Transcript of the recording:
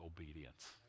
obedience